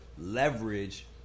leverage